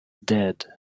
dead